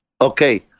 okay